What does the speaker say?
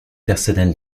personnelle